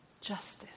justice